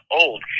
old